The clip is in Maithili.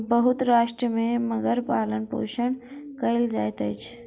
बहुत राष्ट्र में मगरक पालनपोषण कयल जाइत अछि